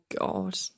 God